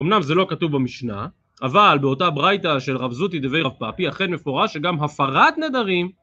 אמנם זה לא כתוב במשנה אבל באותה ברייטה של רב זותי דבי רב פאפי אכן מפורש שגם הפרת נדרים